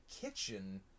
kitchen